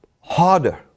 harder